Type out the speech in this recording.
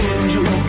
Angel